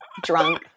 Drunk